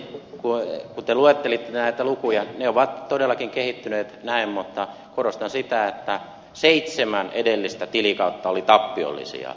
kun te luettelitte näitä lukuja ne ovat todellakin kehittyneet näin mutta korostan sitä että seitsemän edellistä tilikautta olivat tappiollisia